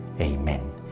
Amen